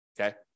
okay